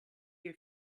your